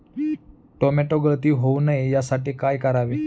Tomato गळती होऊ नये यासाठी काय करावे?